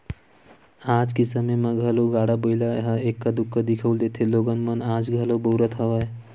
आज के समे म घलो गाड़ा बइला ह एक्का दूक्का दिखउल देथे लोगन मन आज घलो बउरत हवय